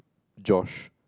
Josh